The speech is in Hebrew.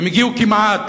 הם הגיעו כמעט,